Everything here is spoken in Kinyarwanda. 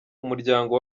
umuryango